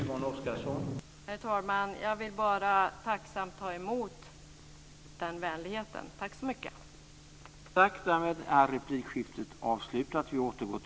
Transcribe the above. Herr talman! Jag vill bara tacksamt ta emot den vänligheten. Tack så mycket!